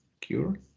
cure